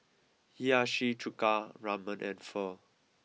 Hiyashi Chuka Ramen and Pho